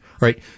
right